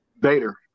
Vader